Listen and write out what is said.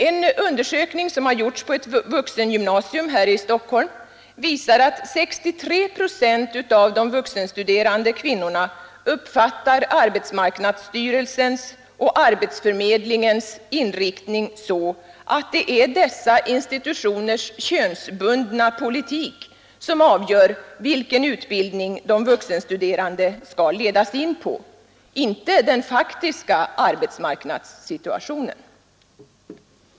En undersökning gjord på ett vuxengymnasium i Stockholm visar att 63 procent av de vuxenstuderande kvinnorna uppfattar arbetsmarknadsstyrelsens och arbetsförmedlingens inriktning så, att det är dessa institutioners könsbundna politik som avgör vilken utbildning de vuxenstuderande skall ledas in på, inte den faktiska arbetsmarknadssituationen.